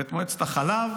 ואת מועצת החלב,